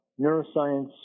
neuroscience